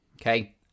okay